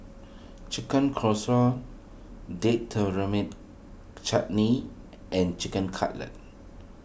Chicken Casserole Date Tamarind Chutney and Chicken Cutlet